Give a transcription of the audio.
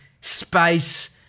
space